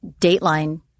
Dateline